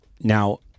Now